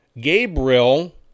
Gabriel